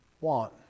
want